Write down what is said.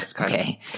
okay